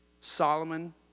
solomon